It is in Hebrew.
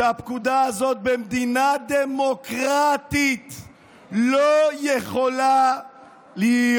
שהפקודה הזאת במדינה דמוקרטית לא יכולה להיות.